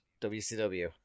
WCW